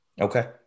Okay